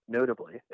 Notably